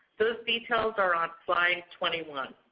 those details are on slide twenty one.